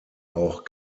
auch